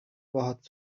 باهات